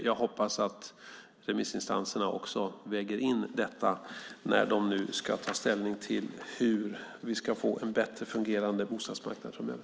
Jag hoppas att remissinstanserna väger in detta när de ska ta ställning till hur vi ska få en bättre fungerande bostadsmarknad framöver.